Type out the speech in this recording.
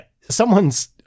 someone's